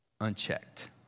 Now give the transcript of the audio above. unchecked